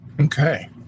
Okay